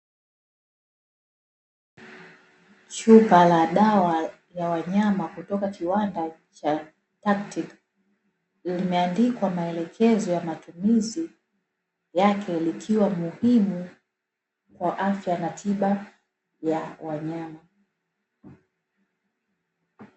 Chupa la dawa za wanyama kutoka kiwanda cha "taktik" limeandikwa maelekezo ya matumizi yake likiwa muhimu kwa afya na tiba ya wanyama.